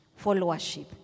followership